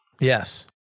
Yes